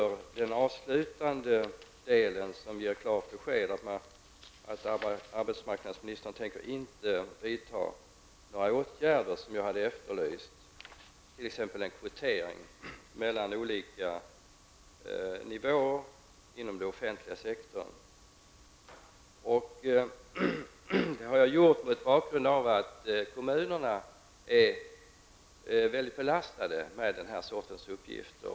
I den avslutande delen av svaret ges tyvärr klart besked om att arbetsmarknadsministern inte tänker vidta de åtgärder som jag har efterlyst, t.ex. en kvotering mellan olika nivåer inom den offentliga sektorn. Jag har efterlyst denna åtgärd mot bakgrund av att kommunerna är mycket hårt belastade med den här typen av uppgifter.